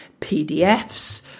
PDFs